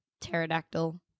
Pterodactyl